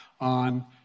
on